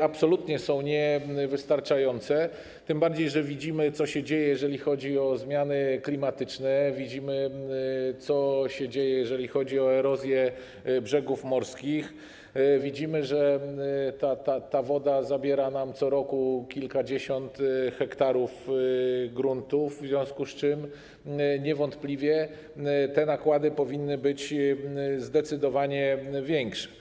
absolutnie są niewystarczające, tym bardziej że widzimy, co się dzieje, jeżeli chodzi o zmiany klimatyczne; widzimy, co się dzieje, jeżeli chodzi o erozję brzegów morskich; widzimy, że woda zabiera nam co roku kilkadziesiąt hektarów gruntów, w związku z czym niewątpliwie te nakłady powinny być zdecydowanie większe.